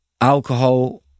Alcohol